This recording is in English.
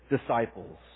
disciples